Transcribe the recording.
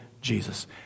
Jesus